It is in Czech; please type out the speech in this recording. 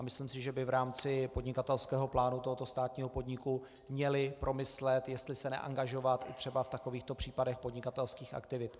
Myslím, že by v rámci podnikatelského plánu tohoto státního podniku měli promyslet, jestli se neangažovat i třeba v takovýchto případech podnikatelských aktivit.